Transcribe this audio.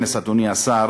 בכנס, אדוני השר.